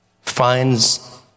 finds